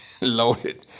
loaded